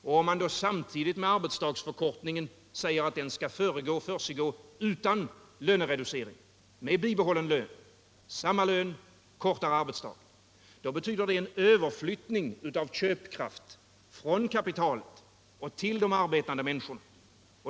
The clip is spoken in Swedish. Och om man samtidigt med att en arbetstidsförkortning införs säger att denna skall genomföras utan lönereducering — således samma lön för kortare arbetsdag — då betyder det att vi får en överflyttning av köpkraft från kapitalet till de arbetande människorna.